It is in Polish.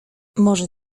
może